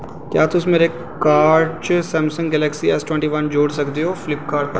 क्या तुस मेरे कार्ट च Samsung Galaxy S twenty one जोड़ सकदे ओ फ्लिपकार्ट पर